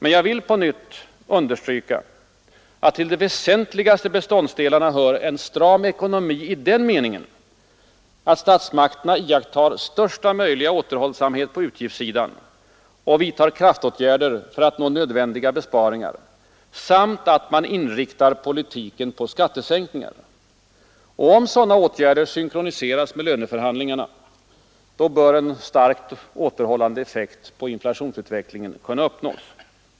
Men jag vill på nytt understryka, att till de väsentligaste beståndsdelarna hör en stram ekonomi i den meningen, att statsmakterna iakttar största möjliga återhållsamhet på utgiftssidan och vidtar kraftåtgärder för att nå nödvändiga besparingar samt att man inriktar politiken på skattesänkningar. Om sådana åtgärder ”synkroniseras” med löneförhandlingarna, bör en starkt återhållande effekt på inflationsutvecklingen kunna uppnås.